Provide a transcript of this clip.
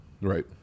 Right